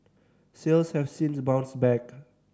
sales have since bounced back